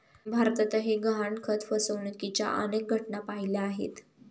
भारतातही गहाणखत फसवणुकीच्या अनेक घटना पाहिल्या आहेत